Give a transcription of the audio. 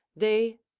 they,